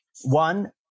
one